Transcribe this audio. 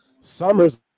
Summer's